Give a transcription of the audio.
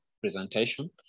presentation